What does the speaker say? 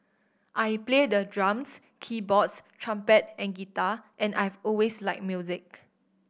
I play the drums keyboards trumpet and guitar and I've always liked music